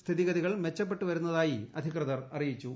സ്ഥിതിഗതികൾ മെച്ചപ്പെട്ടു വരുന്നതായി അധികൃതർ അറിയിച്ചു